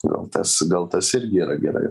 gal tas gal tas irgi yra gerai